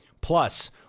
Plus